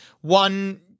One